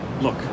look